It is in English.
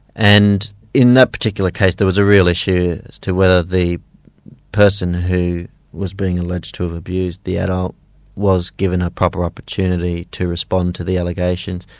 and in that particular case there was a real issue as to whether the person who was being alleged to have abused the adult was given a proper opportunity to respond to the allegations.